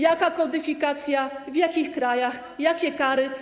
Jaka kodyfikacja, w jakich krajach, jakie kary?